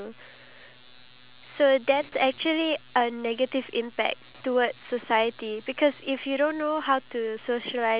they feel more comf~ uh comfortable doing that because the technology itself the phone or the tablet itself